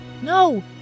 no